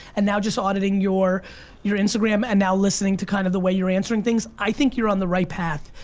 and now just auditing your your instagram and now listening to kind of the way you're answering things, i think you're on the right path.